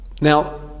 Now